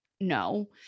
No